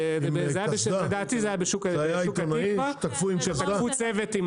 לדעתי זה היה בשוק התקווה, כשתקפו צוות.